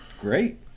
Great